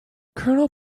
colonel